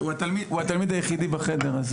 הוא התלמיד היחידי בחדר.